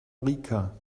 rica